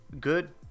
good